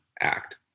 act